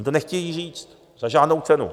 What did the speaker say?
Oni to nechtějí říct za žádnou cenu.